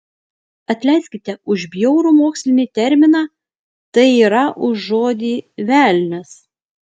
atleiskite už bjaurų mokslinį terminą tai yra už žodį velnias